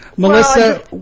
Melissa